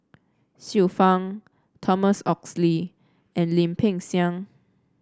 Xiu Fang Thomas Oxley and Lim Peng Siang